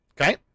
Okay